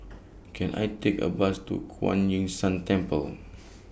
Can I Take A Bus to Kuan Yin San Temple